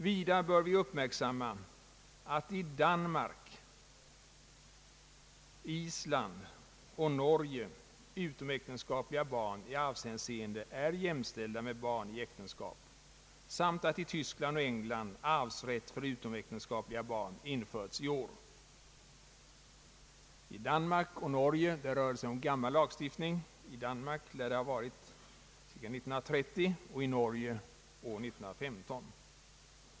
Vidare bör uppmärksammas att utomäktenskapliga barn i arvshänseende i Danmark, Island och Norge är jämställda med barn i äktenskap samt att arvsrätt för utomäktenskapliga barn införts i år i Tyskland och England. I Danmark och Norge rör det sig om gammal lagstiftning — i Danmark lär lagen ha gällt sedan 1930 och i Norge sedan 1915.